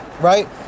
right